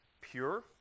pure